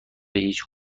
هیچ